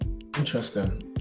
Interesting